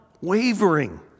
wavering